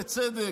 בצדק,